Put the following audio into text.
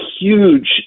huge